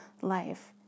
life